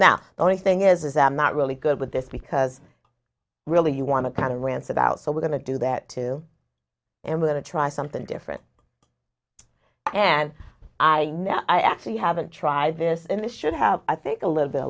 now the only thing is i'm not really good with this because really you want to kind of rants about so we're going to do that too and we're going to try something different and i know i actually haven't tried this in the should have i think a little bit